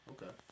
Okay